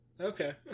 Okay